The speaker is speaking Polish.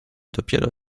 dopiero